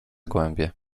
gołębie